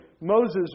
Moses